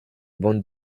bandes